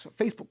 Facebook